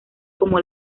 como